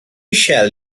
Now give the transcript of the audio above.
shall